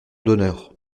d’honneur